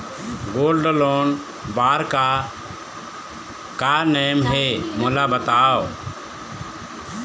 Gold loan बार का का नेम हे, मोला बताव?